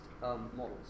models